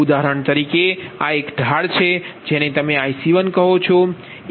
ઉદાહરણ તરીકે આ એક ઢાળ છે જેને તમે IC1કહો છો